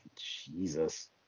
Jesus